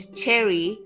cherry